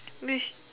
which